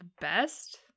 best